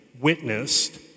witnessed